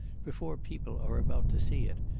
before people are about to see it,